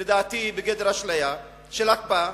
שלדעתי היא בגדר אשליה של הקפאה,